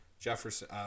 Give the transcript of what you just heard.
Jefferson